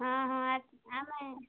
ହଁ ହଁ ଆମେ